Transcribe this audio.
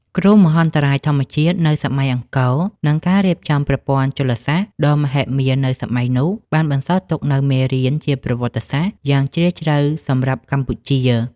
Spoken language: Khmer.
គ្រោះមហន្តរាយធម្មជាតិនៅសម័យអង្គរ និងការរៀបចំប្រព័ន្ធជលសាស្ត្រដ៏មហិមានៅសម័យនោះ បានបន្សល់ទុកនូវមេរៀនជាប្រវត្តិសាស្ត្រយ៉ាងជ្រាលជ្រៅសម្រាប់កម្ពុជា។